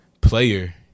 player